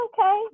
okay